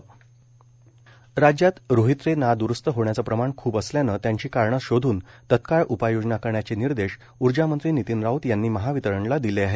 ऊर्जामंत्री राज्यात रोहित्रे नादुरुस्त होण्याचं प्रमाण खूप असल्यानं त्याची कारणं शोधून तत्काळ उपाययोजना करण्याचे निर्देश ऊर्जामंत्री नितीन राऊत यांनी महावितरणला दिले आहेत